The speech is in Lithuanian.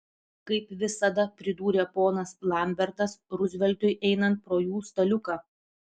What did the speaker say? kaip visada pridūrė ponas lambertas ruzveltui einant pro jų staliuką